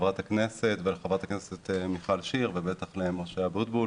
ח"כ מיכל שיר וח"כ משה אבוטבול